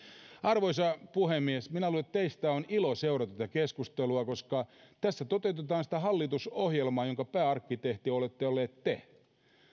arvoisa puhemies minä luulen että teistä on ilo seurata tätä keskustelua koska tässä toteutetaan sitä hallitusohjelmaa jonka pääarkkitehti olette ollut te